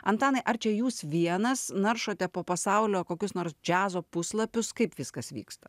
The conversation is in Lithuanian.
antanai ar čia jūs vienas naršote po pasaulio kokius nors džiazo puslapius kaip viskas vyksta